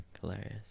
Hilarious